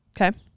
Okay